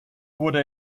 wurde